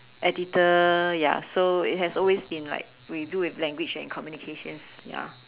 editor ya so it has always been like we deal with language and communications ya